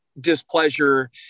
displeasure